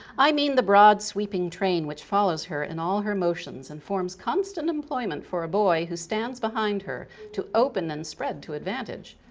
i mean the broad sweeping train which follows her in all her motions and forms constant employment for a boy who stands behind her to open and spread to advantage.